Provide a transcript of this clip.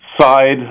side